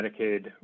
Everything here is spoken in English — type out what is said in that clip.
Medicaid